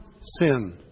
sin